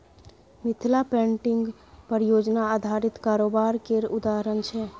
Mithila painting परियोजना आधारित कारोबार केर उदाहरण छै